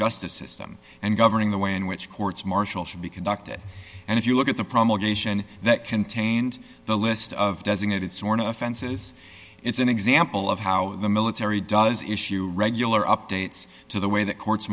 justice system and governing the way in which courts martial should be conducted and if you look at the promulgation that contained the list of designated sworn offenses it's an example of how the military does issue regular updates to the way that courts